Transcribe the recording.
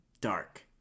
dark